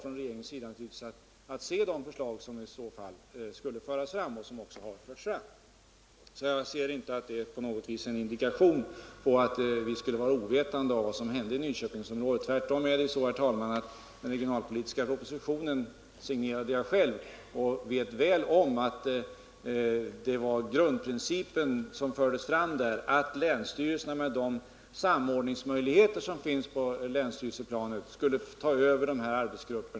Regeringen har naturligtvis att se på de förslag som har förts fram. Jag kan inte finna att detta skulle vara någon indikation på att vi skulle vara ovetande om vad som hände i Nyköpingsområdet. Tvärtom, herr talman, signerade jag den regionalpolitiska propositionen själv och vet väl om att den grundprincip som fördes fram där gick ut på att länsstyrelserna, med de samordningsmöjligheter som finns på länsstyrelseplanet, skulle ta över dessa arbetsgrupper.